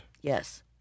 Yes